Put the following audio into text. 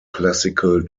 classical